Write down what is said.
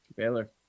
Baylor